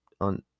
on